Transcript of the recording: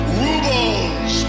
rubles